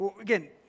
Again